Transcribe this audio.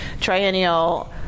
triennial